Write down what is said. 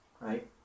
right